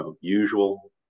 usual